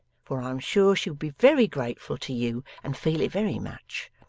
for i'm sure she would be very grateful to you and feel it very much.